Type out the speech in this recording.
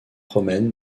romaine